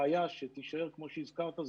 בעיה שתישאר כמו הזכרת,